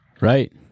Right